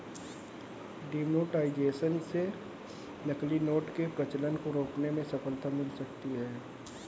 demonetisation से नकली note के प्रचलन को रोकने में सफलता मिल सकती है